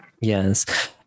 Yes